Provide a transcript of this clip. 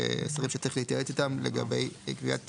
כשרים שצריך להתייעץ איתם לגבי קביעת